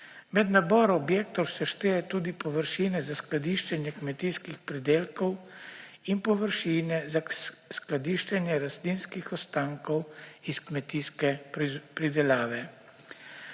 Med nabor objektov se štejejo tudi površine za skladiščenje kmetijskih pridelkov in površine za skladiščenje rastlinskih ostankov iz kmetijske pridelave.